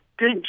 good